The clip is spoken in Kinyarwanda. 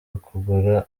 ukugura